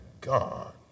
God